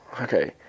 okay